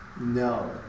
No